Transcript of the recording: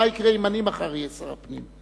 מה יקרה אם אני מחר אהיה שר הפנים?